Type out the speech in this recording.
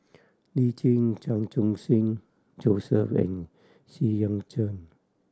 Lee Tjin Chan Khun Sing Joseph and Xu Yuan Zhen